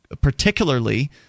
particularly